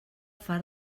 far